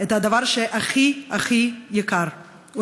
את הדבר הכי הכי יקר,